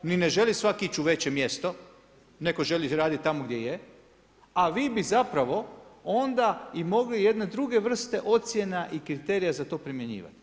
Ni ne želi svatko ići u veće mjesto, netko želi raditi tamo gdje je, a vi bi zapravo onda i mogli jedne druge vrste ocjena i kriterija za to primjenjivati.